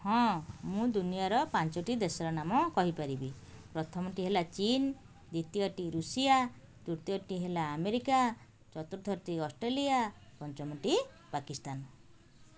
ହଁ ମୁଁ ଦୁନିଆର ପାଞ୍ଚଟି ଦେଶର ନାମ କହିପାରିବି ପ୍ରଥମଟି ହେଲା ଚୀନ ଦ୍ୱିତୀୟଟି ଋଷିଆ ତୃତୀୟଟି ହେଲା ଆମେରିକା ଚତୁର୍ଥଟି ହେଲା ଅଷ୍ଟ୍ରେଲିଆ ପଞ୍ଚମଟି ପାକିସ୍ତାନ